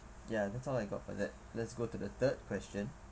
ya that's all I got for that let's go to the third question